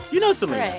you know selena?